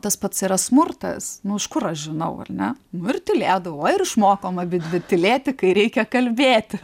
tas pats yra smurtas nu iš kur aš žinau ar ne nu ir tylėdavau o ir išmokom abidvi tylėti kai reikia kalbėtis